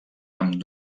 amb